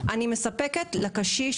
מספקת לקשיש